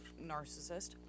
narcissist